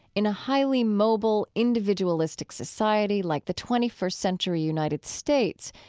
in a highly mobile, individualistic society like the twenty first century united states,